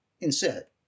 insert